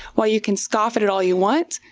while you can scoff at it all you want,